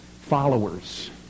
followers